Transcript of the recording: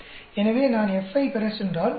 எனவே நான் F ஐப் பெறச் சென்றால் 16